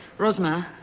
rosmer,